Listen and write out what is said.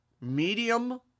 medium